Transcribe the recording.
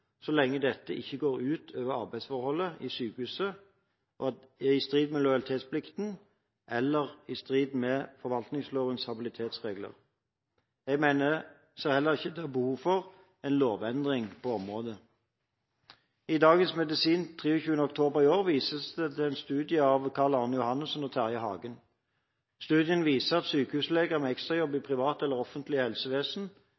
så lenge dette ikke går ut over arbeidsforholdet i sykehuset, eller er i strid med lojalitetsplikten eller forvaltningslovens habilitetsregler. Jeg ser heller ikke at det er behov for en lovendring på området. I Dagens Medisin 23. oktober i år vises det til en studie av Karl-Arne Johannessen og Terje P. Hagen. Studien viser at sykehusleger med ekstrajobb i